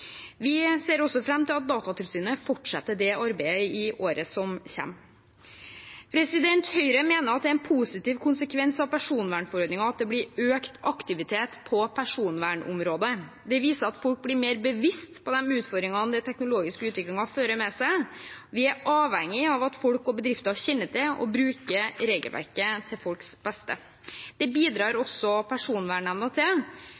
Vi ser også fram til at Datatilsynet fortsetter det arbeidet i året som kommer. Høyre mener det er en positiv konsekvens av personvernforordningen at det blir økt aktivitet på personvernområdet. Det viser at folk blir mer bevisst på de utfordringene den teknologiske utviklingen fører med seg. Vi er avhengige av at folk og bedrifter kjenner til og bruker regelverket til folks beste. Det bidrar også Personvernnemnda til,